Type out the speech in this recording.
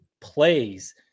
plays